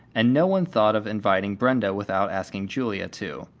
and no one thought of inviting brenda without asking julia, too.